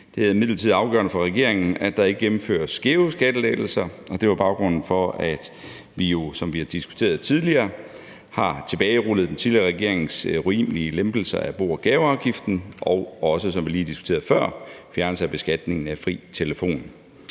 Det er imidlertid afgørende for regeringen, at der ikke gennemføres skæve skattelettelser, og det var baggrunden for, at vi jo som diskuteret tidligere har tilbagerullet den tidligere regerings urimelige lempelser af bo- og gaveafgiften og også, som vi diskuterede lige før, fjernelse af beskatningen af fri telefon.